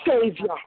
Savior